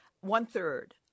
one-third